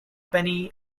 penny